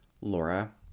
Laura